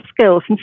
skills